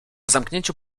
zamknięciu